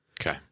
Okay